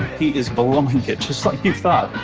he is blowing it, just like you thought.